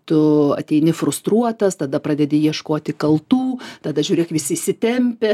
tu ateini frustruotas tada pradedi ieškoti kaltų tada žiūrėk visi įsitempia